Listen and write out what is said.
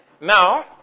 Now